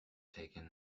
taken